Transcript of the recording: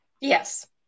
Yes